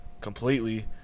completely